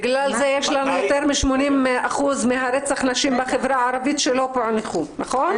בגלל זה יש לנו יותר מ- 80% מרצח נשים בחברה הערבית שלא פוענחו נכון?